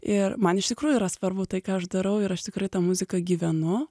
ir man iš tikrųjų yra svarbu tai ką aš darau ir aš tikrai ta muzika gyvenu